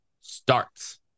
starts